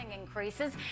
increases